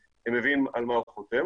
מבין על מה הוא חותם.